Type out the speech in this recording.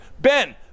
Ben